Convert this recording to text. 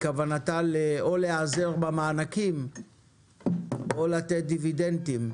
מכוונתה או להיעזר במענקים או לתת דיבידנדים.